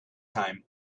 time